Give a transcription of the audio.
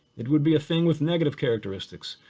it would be a thing with negative characteristics.